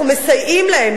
אנחנו מסייעים להם,